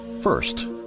First